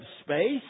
space